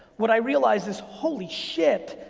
what i realized is holy shit,